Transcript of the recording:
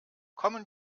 kommen